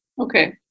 Okay